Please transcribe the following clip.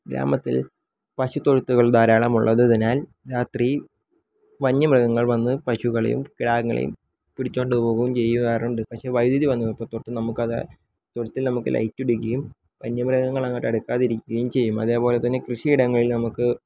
ഗ്രാമത്തിൽ പശുത്തൊഴുത്തുകൾ ധാരാളം ഉള്ളതിനാൽ രാത്രി വന്യമൃഗങ്ങൾ വന്ന് പശുക്കളെയും കിടാങ്ങളെയും പിടിച്ചുകൊണ്ടു പോകുകയും ചെയ്യാറുണ്ട് പക്ഷേ വൈദ്യുതി വന്നപ്പോൾ തൊട്ട് നമുക്ക് അത് തൊഴുത്തിൽ നമുക്ക് ലൈറ്റ് ഇടുകയും വന്യമൃഗങ്ങൾ അങ്ങോട്ട് അടുക്കാതിരിക്കുകയും ചെയ്യും അതേപോലെ തന്നെ കൃഷി ഇടങ്ങളിൽ നമുക്ക്